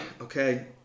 Okay